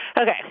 Okay